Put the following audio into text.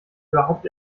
überhaupt